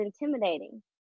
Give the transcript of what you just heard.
intimidating